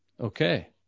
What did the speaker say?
Okay